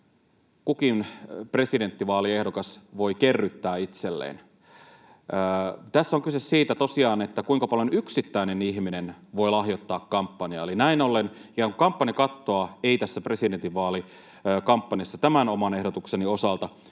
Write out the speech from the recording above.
kukin presidentinvaaliehdokas voi kerryttää itselleen. Tässä on tosiaan kyse siitä, kuinka paljon yksittäinen ihminen voi lahjoittaa kampanjaan. Eli näin ollen kampanjakattoa ei tässä presidentinvaalikampanjassa tämän oman ehdotukseni osalta